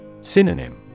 Synonym